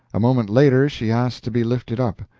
a moment later she asked to be lifted up.